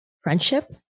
friendship